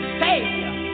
savior